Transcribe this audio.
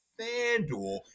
FanDuel